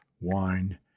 wine